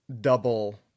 double